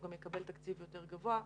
הוא גם יקבל תקציב יותר גבוה לפנימיות.